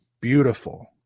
beautiful